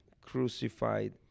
crucified